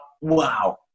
wow